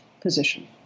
position